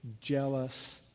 jealous